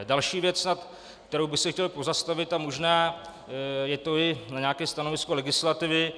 Další věc, nad kterou bych se chtěl pozastavit, a možná je to i na nějaké stanovisko legislativy.